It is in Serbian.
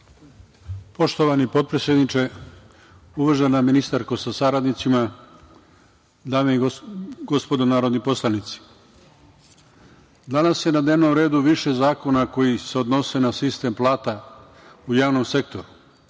Poštovani potpredsedniče, uvažena ministarko sa saradnicima, dame i gospodo narodni poslanici, danas je na dnevnom redu više zakona koji se odnose na sistem plata u javnom sektoru.